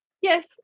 yes